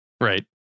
Right